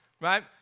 Right